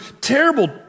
terrible